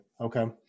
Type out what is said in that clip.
Okay